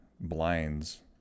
blinds